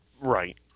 Right